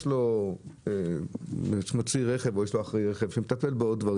יש לו צי רכב ויש לו אחראי שמטפל בו.